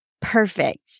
perfect